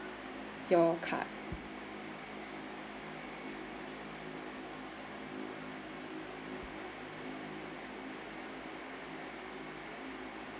your card